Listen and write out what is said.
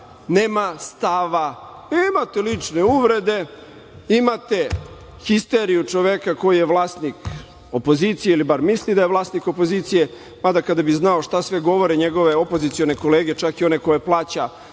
nema stava. Imate lične uvrede, imate histeriju čoveka koji je vlasnik opozicije, ili bar misli da je vlasnik opozicije, mada, kada bi znao šta sve govore njegove opozicione kolege, čak i one koje plaća,